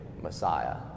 Messiah